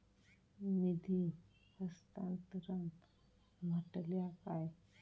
निधी हस्तांतरण म्हटल्या काय?